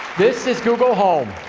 this is google home!